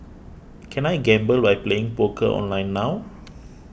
can I gamble by playing poker online now